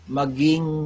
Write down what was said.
maging